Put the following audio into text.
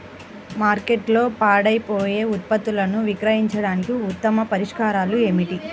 మార్కెట్లో పాడైపోయే ఉత్పత్తులను విక్రయించడానికి ఉత్తమ పరిష్కారాలు ఏమిటి?